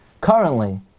currently